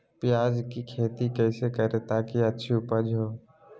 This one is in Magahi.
प्याज की खेती कैसे करें ताकि अच्छी उपज हो?